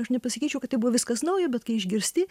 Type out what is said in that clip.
aš nepasakyčiau kad tai buvo viskas nauja bet kai išgirsti